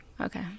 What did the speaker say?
Okay